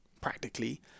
practically